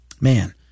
Man